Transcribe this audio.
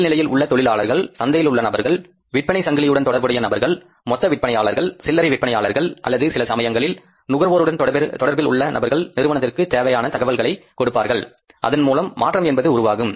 கீழ்நிலையில் உள்ள தொழிலாளர்கள் சந்தையிலுள்ள நபர்கள் விற்பனை சங்கிலியுடன் தொடர்புடைய நபர்கள் மொத்த விற்பனையாளர்கள் சில்லறை விற்பனையாளர்கள் அல்லது சில சமயங்களில் நுகர்வோருடன் தொடர்பில் உள்ள நபர்கள் நிறுவனத்திற்கு தேவையான தகவல்களை கொடுப்பார்கள் அதன்மூலம் மாற்றம் என்பது உருவாகும்